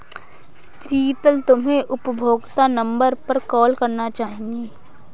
शीतल, तुम्हे उपभोक्ता नंबर पर कॉल करना चाहिए